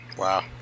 Wow